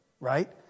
right